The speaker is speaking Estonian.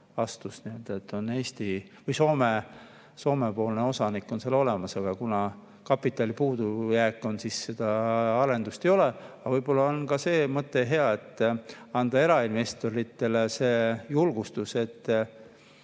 Soome-poolne osanik on olemas, aga kuna kapitali puudujääk on, siis seda arendust ei ole. Võib-olla on ka see mõte hea, et anda erainvestoritele julgustust, et